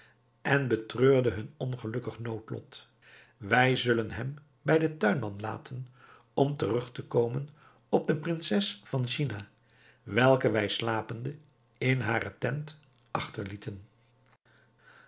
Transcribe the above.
en betreurde hun ongelukkig noodlot wij zullen hem bij den tuinman laten om terug te komen op de prinses van china welke wij slapende in hare tent achterlieten